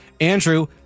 andrew